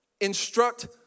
instruct